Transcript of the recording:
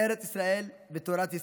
ארץ ישראל ותורת ישראל,